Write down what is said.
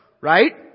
right